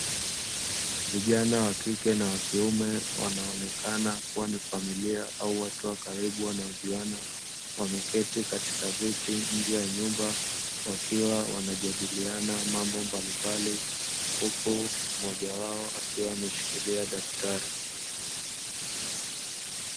Vijana wakike na wakiume wanaonekana kuwa ni familia au watu wa karibu wanaojuana, wameketi katika viti nye ya nyumba wakiwa wanajadiliana mambo mbalimbali, huku mmoja wao akiwa ameshikilia daftari.